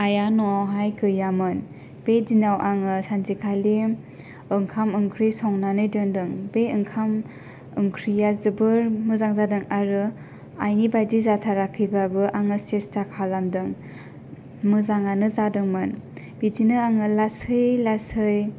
आइया न'आवहाय गैयामोन बे दिनाव आङो सानसेखालि ओंखाम ओंख्रि संनानै दोनदों बे ओंखाम ओंख्रिया जोबोर मोजां जादों आरो आइनि बादि जाथाराखैबाबो आङो सेस्टा खालामदों मोजाङानो जादोंमोन बिदिनो आङो लासै लासै